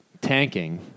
tanking